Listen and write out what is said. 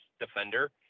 defender